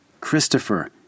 Christopher